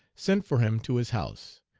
sent for him to his house,